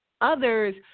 others